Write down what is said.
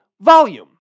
volume